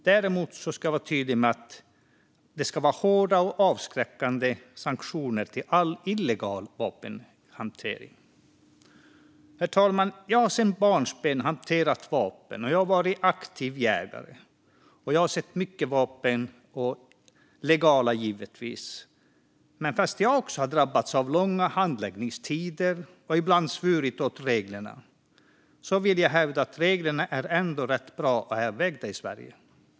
Däremot vill jag vara tydlig med det ska vara hårda och avskräckande sanktioner mot all illegal vapenhantering. Herr talman! Jag har sedan barnsben hanterat vapen och varit aktiv jägare. Jag har sett mycket vapen, legala sådana givetvis, men även om jag har drabbats av långa handläggningstider och ibland svurit åt regler vill jag hävda att reglerna ändå är rätt bra avvägda i Sverige.